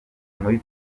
muri